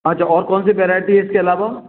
अच्छा और कौन सी वैराइटी है इसके आलावा